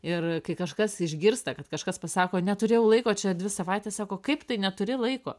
ir kai kažkas išgirsta kad kažkas pasako neturėjau laiko čia dvi savaites sako kaip tai neturi laiko